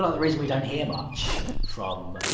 ah the reason we don't hear much from.